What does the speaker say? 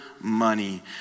money